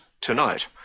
tonight